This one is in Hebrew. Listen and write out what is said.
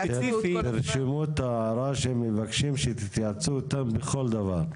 תרשמו את ההערה שהם מבקשים שתתייעצו איתם בכל דבר.